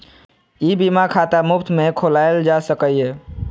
ई बीमा खाता मुफ्त मे खोलाएल जा सकैए